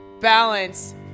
balance